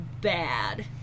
bad